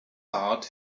heart